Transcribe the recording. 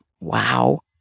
Wow